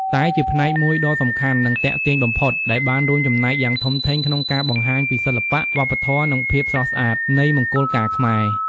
តែជាផ្នែកមួយដ៏សំខាន់ និងទាក់ទាញបំផុត ដែលបានរួមចំណែកយ៉ាងធំធេងក្នុងការបង្ហាញពី សិល្បៈ វប្បធម៌ និងភាពស្រស់ស្អាត នៃមង្គលការខ្មែរ។